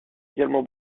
également